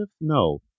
No